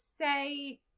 say